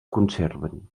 conserven